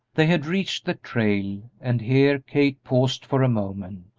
they had reached the trail, and here kate paused for a moment.